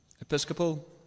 Episcopal